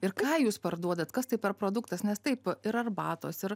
ir ką jūs parduodat kas tai per produktas nes taip yra arbatos ir